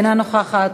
אינה נוכחת,